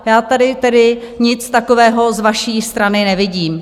Já tady tedy nic takového z vaší strany nevidím.